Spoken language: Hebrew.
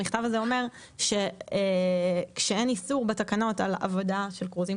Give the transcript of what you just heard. המכתב הזה אומר שאין איסור בתקנות על עבודה של קרוזים.